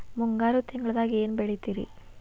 ಮುಂಗಾರು ತಿಂಗಳದಾಗ ಏನ್ ಬೆಳಿತಿರಿ?